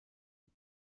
die